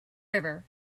river